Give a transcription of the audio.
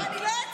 אני לא אצא.